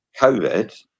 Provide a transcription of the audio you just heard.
COVID